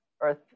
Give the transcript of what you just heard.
Earth